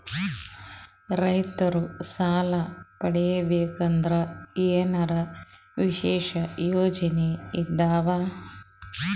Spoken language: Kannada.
ರೈತರು ಸಾಲ ಪಡಿಬೇಕಂದರ ಏನರ ವಿಶೇಷ ಯೋಜನೆ ಇದಾವ?